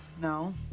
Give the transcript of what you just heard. No